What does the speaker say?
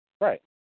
Right